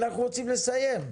אנחנו רוצים לסיים.